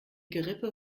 gerippe